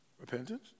Repentance